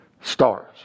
stars